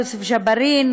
יוסף ג'בארין,